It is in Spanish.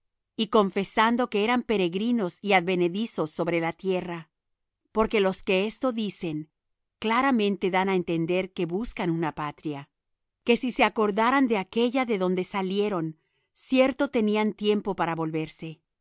y confesando que eran peregrinos y advenedizos sobre la tierra porque los que esto dicen claramente dan á entender que buscan una patria que si se acordaran de aquella de donde salieron cierto tenían tiempo para volverse